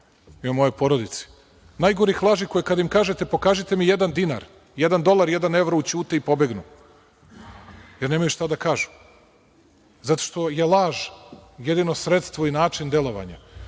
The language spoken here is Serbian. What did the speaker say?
i o mojoj porodici, najgorih laži, koje kada im kažete – pokažite mi jedan dinar, jedan dolar, jedan evro, ućute i pobegnu, jer nemaju šta da kažu, zato što je laž jedino sredstvo i način delovanja.